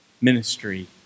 Ministry